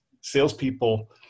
Salespeople